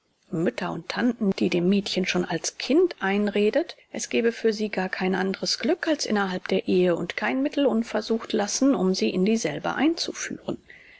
mütter und tanten die dem mädchen schon als kind einredet es gäbe für sie gar kein anderes glück als innerhalb der ehe und kein mittel unversucht lassen um sie in dieselbe einzuführen